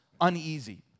uneasy